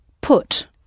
put